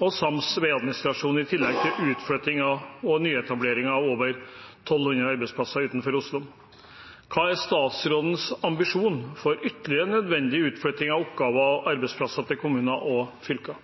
og sams vegadministrasjon i tillegg til utflytting og nyetablering av over 1 200 arbeidsplasser utenfor Oslo. Hva er statsrådens ambisjoner for ytterligere nødvendig utflytting av oppgaver og arbeidsplasser til kommuner og fylker?»